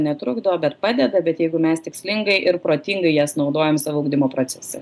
netrukdo bet padeda bet jeigu mes tikslingai ir protingai jas naudojam savo ugdymo procese